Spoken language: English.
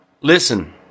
Listen